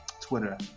Twitter